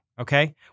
okay